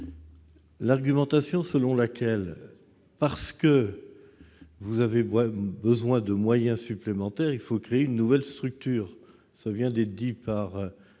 l'argumentation selon laquelle, parce que vous avez besoin de moyens supplémentaires, il faut créer une nouvelle structure. Comme M.